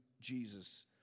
Jesus